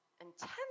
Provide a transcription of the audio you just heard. intense